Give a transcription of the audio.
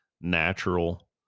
natural